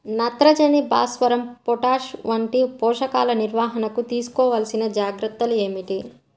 నత్రజని, భాస్వరం, పొటాష్ వంటి పోషకాల నిర్వహణకు తీసుకోవలసిన జాగ్రత్తలు ఏమిటీ?